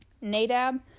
Nadab